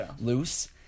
loose